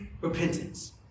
repentance